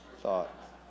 thought